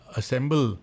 assemble